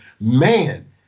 man